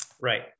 Right